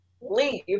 leave